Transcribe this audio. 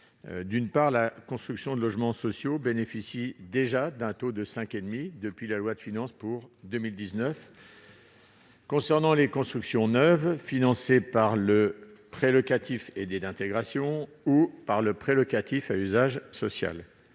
rappeler. La construction de logements sociaux bénéficie déjà d'un taux à 5,5 % depuis la loi de finances pour 2019 concernant les constructions neuves financées par le prêt locatif aidé d'intégration (PLAI) ou par le prêt locatif à usage social